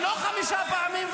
לא חמש פעמים,